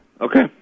Okay